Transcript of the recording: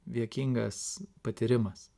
juokingas patyrimas